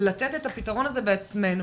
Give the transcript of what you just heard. לתת את הפתרון הזה בעצמנו.